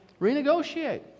Renegotiate